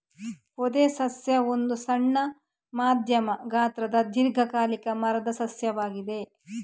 ಪೊದೆ ಸಸ್ಯ ಒಂದು ಸಣ್ಣ, ಮಧ್ಯಮ ಗಾತ್ರದ ದೀರ್ಘಕಾಲಿಕ ಮರದ ಸಸ್ಯವಾಗಿದೆ